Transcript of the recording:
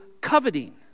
coveting